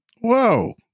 Whoa